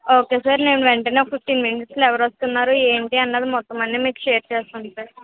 okay sir నేను వెంటనే ఒక ఫిఫ్టీన్ మినిట్స్లో ఎవరు వస్తున్నారు ఏంటి అన్నది మొత్తం అన్నీ మీకు షేర్ చేస్తాను సార్